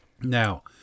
Now